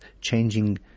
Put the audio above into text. changing